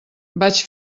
vaig